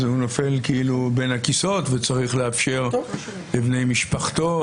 אז הוא נופל בין הכיסאות וצריך לאפשר לבני משפחתו,